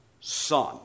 Son